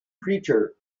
preacher